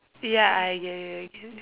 ya I get you I get you